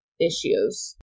issues